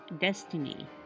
Destiny